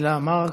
הילה מארק,